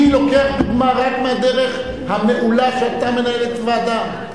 אני לוקח דוגמה רק מהדרך המעולה שאתה מנהל את הוועדה.